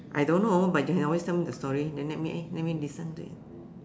I don't know but you can always tell me story then let me eh let me listen to it